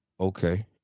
Okay